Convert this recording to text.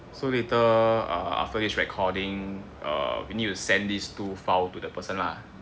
so later uh after this recording uh we need to send this two files to the person lah